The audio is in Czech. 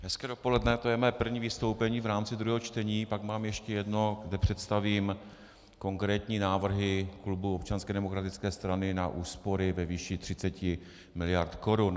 Hezké dopoledne, to je mé první vystoupení v rámci druhého čtení, pak mám ještě jedno, kde představím konkrétní návrhy klubu Občanské demokratické strany na úspory ve výši 30 miliard korun.